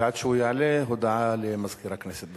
עד שהשר יעלה, הודעה לסגן מזכירת הכנסת.